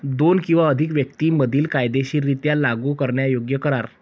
दोन किंवा अधिक व्यक्तीं मधील कायदेशीररित्या लागू करण्यायोग्य करार